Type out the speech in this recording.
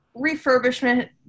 refurbishment